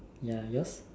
ya yours